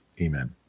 Amen